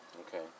Okay